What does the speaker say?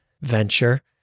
venture